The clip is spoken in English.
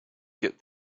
get